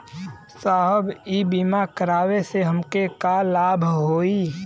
साहब इ बीमा करावे से हमके का लाभ होई?